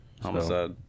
homicide